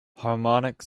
harmonic